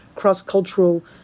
cross-cultural